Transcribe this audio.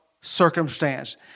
circumstance